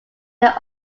their